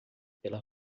pela